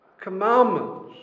commandments